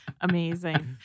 amazing